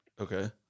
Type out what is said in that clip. Okay